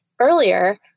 earlier